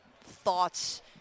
thoughts